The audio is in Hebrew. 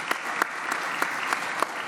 (מחיאות כפיים)